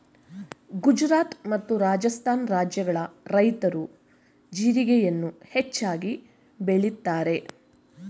ಗುಜರಾತ್ ಮತ್ತು ರಾಜಸ್ಥಾನ ರಾಜ್ಯಗಳ ರೈತ್ರು ಜೀರಿಗೆಯನ್ನು ಹೆಚ್ಚಾಗಿ ಬೆಳಿತರೆ